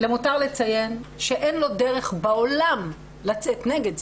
למותר לציין שאין לו דרך בעולם לצאת נגד זה.